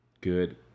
good